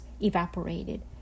evaporated